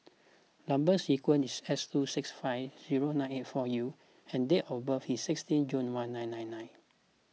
Number Sequence is S two six five zero nine eight four U and date of birth is sixteenth June one nine nine nine